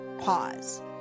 pause